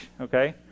Okay